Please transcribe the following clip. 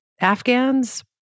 Afghans